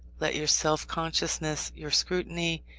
let your self-consciousness, your scrutiny,